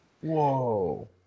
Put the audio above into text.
Whoa